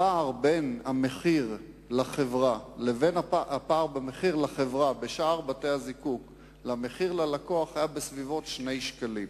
הפער בין המחיר לחברה בשער בתי-הזיקוק למחיר ללקוח היה בסביבות 2 שקלים,